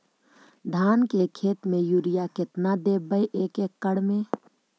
धान के खेत में युरिया केतना देबै एक एकड़ में?